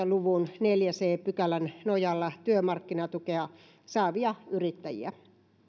luvun neljännen c pykälän nojalla työmarkkinatukea saavia yrittäjiä